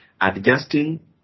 Adjusting